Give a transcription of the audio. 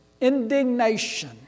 indignation